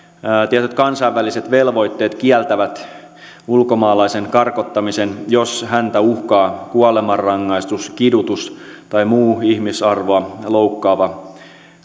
tietyt kansainväliset velvoitteet kieltävät ulkomaalaisen karkottamisen jos häntä uhkaa kuolemanrangaistus kidutus tai muu ihmisarvoa loukkaava